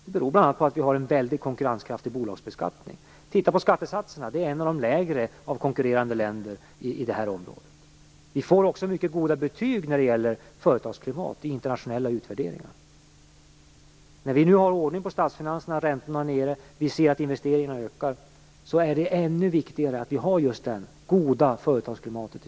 Det beror bl.a. på att vi har en väldigt konkurrenskraftig bolagsbeskattning. Om vi tittar på skattesatserna ser vi att de är bland de lägre i konkurrerande länder på det här området. Vi får också mycket goda betyg när det gäller företagsklimatet i internationella utvärderingar. När vi nu har ordning på statsfinanserna, räntorna är nere och vi ser att investeringarna ökar är det ännu viktigare att vi har just det goda företagsklimatet i